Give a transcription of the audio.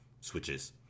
switches